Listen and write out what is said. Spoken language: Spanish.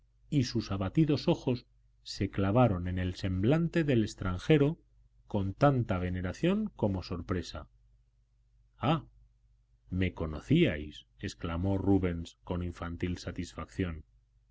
y sus abatidos ojos se clavaron en el semblante del extranjero con tanta veneración como sorpresa ah me conocíais exclamó rubens con infantil satisfacción